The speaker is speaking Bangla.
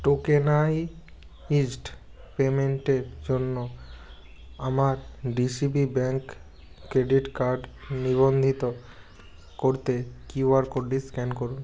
টোকেনাইজড পেমেন্টের জন্য আমার ডিসিবি ব্যাঙ্ক ক্রেডিট কার্ড নিবন্ধিত করতে কিউআর কোডটি স্ক্যান করুন